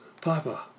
Papa